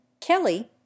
Kelly